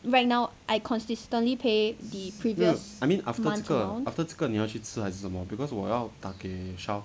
right now I consistently pay the previous month